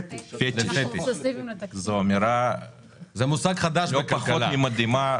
זה מושג חדש, לא פחות ממדהימה,